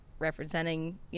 representing